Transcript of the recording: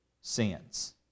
sins